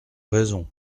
raison